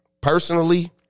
personally